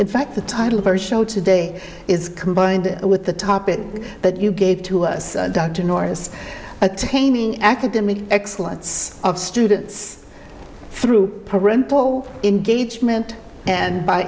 in fact the title of our show today is combined with the topic that you gave to us dr norris attaining academic excellence of students through parental engagement and by